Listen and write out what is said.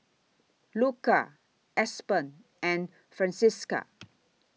Luka Aspen and Francisca